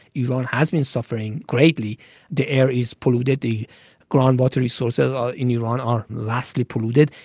iran has been suffering greatly the air is polluted, the groundwater resources in iran are largely polluted.